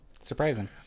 Surprising